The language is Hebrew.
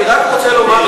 אני רק רוצה לומר,